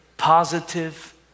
positive